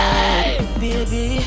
Baby